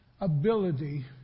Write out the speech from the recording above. ability